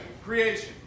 Creation